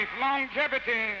Longevity